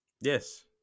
Yes